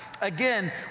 Again